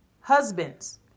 husbands